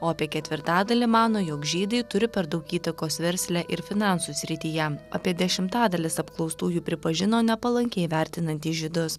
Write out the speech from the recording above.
o apie ketvirtadalį mano jog žydai turi per daug įtakos versle ir finansų srityje apie dešimtadalis apklaustųjų pripažino nepalankiai vertinantys žydus